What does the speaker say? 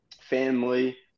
family